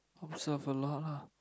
of course will have a lot lah